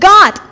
God